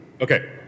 Okay